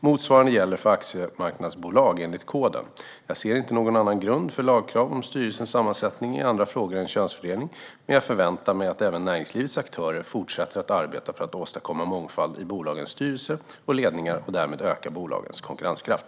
Motsvarande gäller för aktiemarknadsbolag enligt Koden. Jag ser inte någon annan grund för lagkrav om styrelsens sammansättning i andra frågor än könsfördelning, men jag förväntar mig att även näringslivets aktörer fortsätter att arbeta för att åstadkomma mångfald i bolagens styrelser och ledningar och därmed öka bolagens konkurrenskraft.